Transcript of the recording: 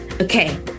Okay